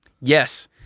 Yes